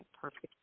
perfect